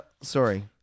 Sorry